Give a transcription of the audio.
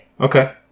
Okay